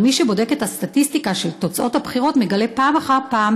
אבל מי שבודק את הסטטיסטיקה של תוצאות הבחירות מגלה פעם אחר פעם